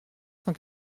cent